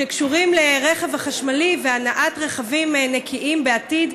שקשורים לרכב החשמלי והנעת רכבים נקיים בעתיד.